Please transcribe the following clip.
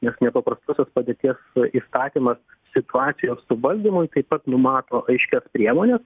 nes nepaprastosios padėties įstatymas situacijos suvaldymui taip pat numato aiškias priemones